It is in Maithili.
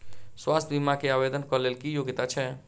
स्वास्थ्य बीमा केँ आवेदन कऽ लेल की योग्यता छै?